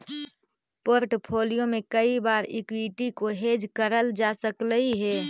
portfolio में कई बार एक्विटी को हेज करल जा सकलई हे